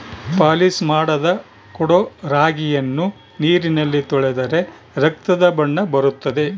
polish ಮಾಡದ ಕೊಡೊ ರಾಗಿಯನ್ನು ನೀರಿನಲ್ಲಿ ತೊಳೆದರೆ ರಕ್ತದ ಬಣ್ಣ ಬರುತ್ತದೆ